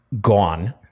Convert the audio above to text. gone